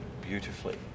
beautifully